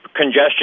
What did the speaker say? congestion